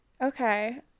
Okay